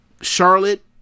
Charlotte